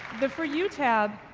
the for you tab,